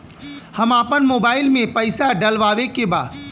हम आपन मोबाइल में पैसा डलवावे के बा?